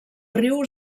riu